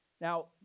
Now